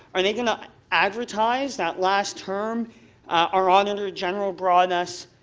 are they going to advertise that last term our auditor general brought us